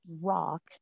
Rock